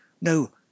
No